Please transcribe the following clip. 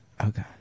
Okay